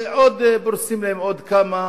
ופורסים להם עוד כמה